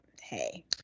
hey